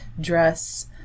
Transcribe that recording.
dress